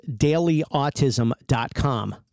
dailyautism.com